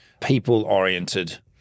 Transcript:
people-oriented